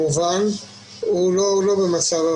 הוא לא במצב.